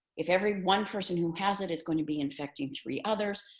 if every one person who has it is going to be infecting three others,